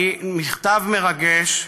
היא מכתב מרגש.